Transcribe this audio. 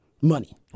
money